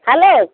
hello